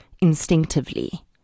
instinctively